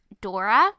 Dora